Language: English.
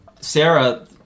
Sarah